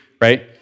Right